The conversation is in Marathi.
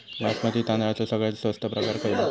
बासमती तांदळाचो सगळ्यात स्वस्त प्रकार खयलो?